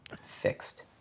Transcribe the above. Fixed